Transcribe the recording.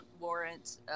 warrant